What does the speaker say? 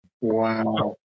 Wow